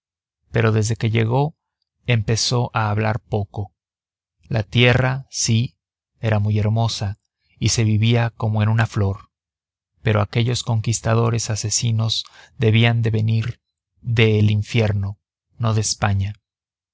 pero desde que llegó empezó a hablar poco la tierra sí era muy hermosa y se vivía como en una flor pero aquellos conquistadores asesinos debían de venir del infierno no de españa